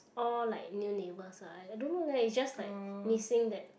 all like new neighbours ah I don't know leh is just like missing that